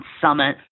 Summit